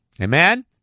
Amen